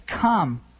come